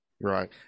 Right